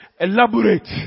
elaborate